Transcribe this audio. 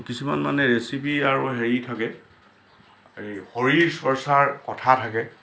কিছুমান মানে ৰেচিপী আৰু হেৰি থাকে এই শৰীৰ চৰ্চাৰ কথা থাকে